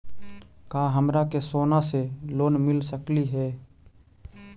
का हमरा के सोना से लोन मिल सकली हे?